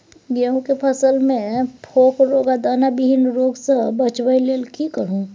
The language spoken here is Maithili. गेहूं के फसल मे फोक रोग आ दाना विहीन रोग सॅ बचबय लेल की करू?